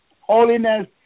holiness